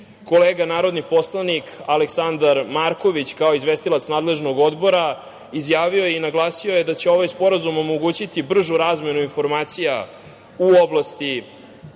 narodni poslanik Aleksandar Marković, kao izvestilac nadležnog odbora izjavio je i naglasio je da će ovaj sporazum omogućiti bržu razmenu informacija u oblasti